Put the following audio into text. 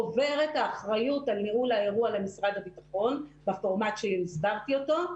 עוברת האחריות על ניהול האירוע למשרד הביטחון בפורמט שהסברתי אותו,